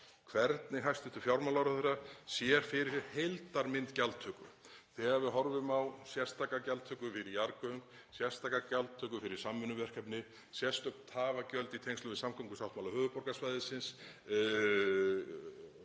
hvernig hæstv. fjármálaráðherra sér fyrir heildarmynd gjaldtöku þegar við horfum á sérstaka gjaldtöku við jarðgöng, sérstaka gjaldtöku fyrir samvinnuverkefni, sérstök tafagjöld í tengslum við samgöngusáttmála höfuðborgarsvæðisins,